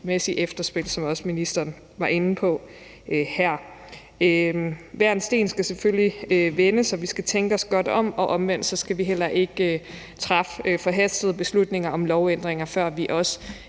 efterspil, som også ministeren var inde på. Hver en sten skal selvfølgelig vendes, og vi skal tænke os godt om. Omvendt skal vi heller ikke træffe forhastede beslutninger om lovændringer, før vi har